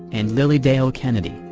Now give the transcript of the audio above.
and lillie dale kennedy,